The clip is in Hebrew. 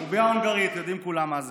קובייה הונגרית, יודעים כולם מה זה.